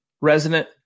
resident